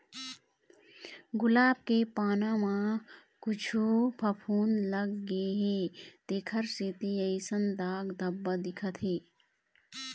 गुलाब के पाना म कुछु फफुंद लग गे हे तेखर सेती अइसन दाग धब्बा दिखत हे